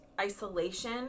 isolation